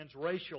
transracial